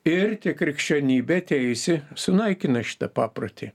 ir tik krikščionybė atėjusi sunaikina šitą paprotį